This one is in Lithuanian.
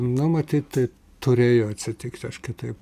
na matyt tai turėjo atsitikti aš kitaip